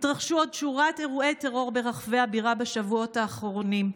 התרחשו עוד שורת אירועי טרור ברחבי הבירה בשבועות האחרונים.